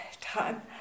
time